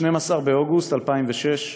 ב-12 באוגוסט 2006,